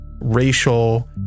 racial